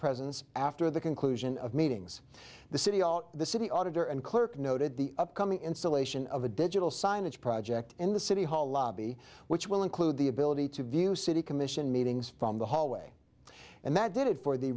presence after the conclusion of meetings the city the city auditor and clerk noted the upcoming installation of a digital signage project in the city hall lobby which will include the ability to view city commission meetings from the hallway and that did it for the